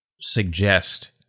suggest